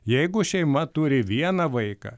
jeigu šeima turi vieną vaiką